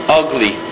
ugly